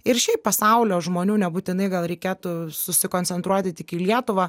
ir šiaip pasaulio žmonių nebūtinai gal reikėtų susikoncentruoti tik į lietuvą